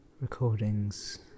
recordings